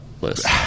list